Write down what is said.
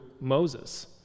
Moses